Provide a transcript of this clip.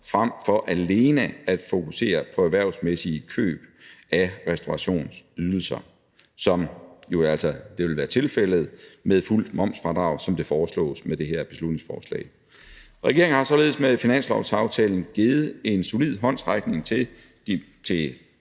frem for alene at fokusere på erhvervsmæssige køb af restaurationsydelser, som jo altså vil være tilfældet med fuldt momsfradrag, som det foreslås med det her beslutningsforslag. Regeringen har således med finanslovsaftalen givet en solid håndsrækning til